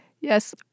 Yes